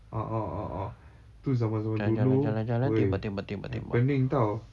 a'ah a'ah tu zaman-zaman dulu !oi! happening [tau]